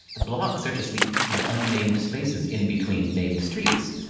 the blocks are just the the unnamed spaces, in between named streets.